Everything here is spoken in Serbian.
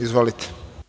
Izvolite.